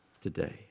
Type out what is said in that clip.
today